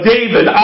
David